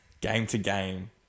game-to-game